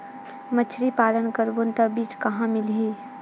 मछरी पालन करबो त बीज कहां मिलही?